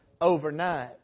overnight